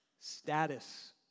Status